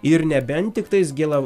ir nebent tiktais gėlav